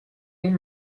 این